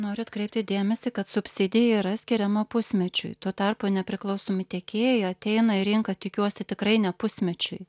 noriu atkreipti dėmesį kad subsidija yra skiriama pusmečiui tuo tarpu nepriklausomi tiekėjai ateina į rinką tikiuosi tikrai ne pusmečiui